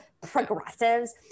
progressives